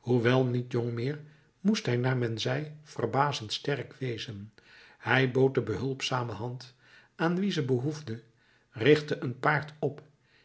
hoewel niet jong meer moest hij naar men zei verbazend sterk wezen hij bood de behulpzame hand aan wie ze behoefde richtte een paard op